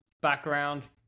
background